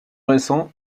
récent